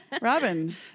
Robin